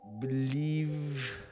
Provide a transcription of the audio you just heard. believe